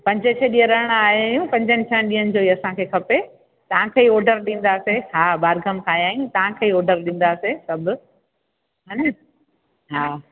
पंज छह ॾींहं रहण आहियां आहियूं पंजनि छहनि ॾींहनि जो ई असांखे खपे तव्हांखे ई ऑडर ॾींदासीं हा ॿारगाम खां आहियां आहियूं तव्हांखे ई ऑडर ॾींदासीं सभु हा ने हा